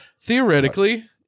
Theoretically